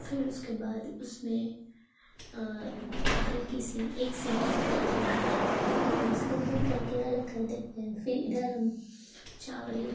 پھر اس کے بعد اس میں ہلکی سی ایک سیٹی لگا دیتے ہیں اور اس کو بند کر کے الگ کر دیتے ہیں پھر اِدھر ہم چاول